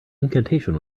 incantation